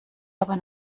aber